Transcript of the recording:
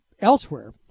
elsewhere